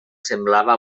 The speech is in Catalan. semblava